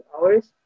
hours